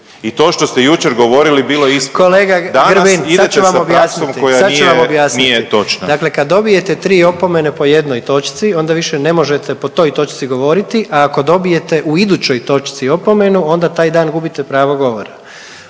idete sa praksom koja nije točna. **Jandroković, Gordan (HDZ)** Dakle, kad dobijete tri opomene po jednoj točci onda više ne možete po toj točci govoriti, a ako dobijete u idućoj točci opomenu onda taj dan gubite pravo govora.